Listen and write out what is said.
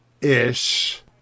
ish